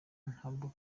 ntabwo